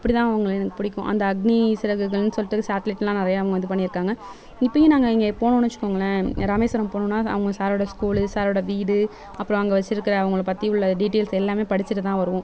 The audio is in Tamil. அப்படிதான் அவங்கள எனக்கு பிடிக்கும் அந்த அக்னி சிறகுகள்ன்னு சொல்லிட்டு சாட்டிலைட்லெலாம் நிறையா அவங்க இது பண்ணியிருக்காங்க இப்பேயும் நாங்கள் இங்கே போனோன்னு வச்சுக்கோங்களன் ராமேஸ்வரம் போனோன்னால் அவங்க சாரோட ஸ்கூலு சாரோட வீடு அப்புறம் அங்கே வச்சுருக்க அவங்கள பற்றி உள்ள டீடெயில்ஸ் எல்லாமே படிச்சுட்டுதான் வருவோம்